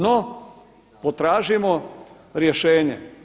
No, potražimo rješenje.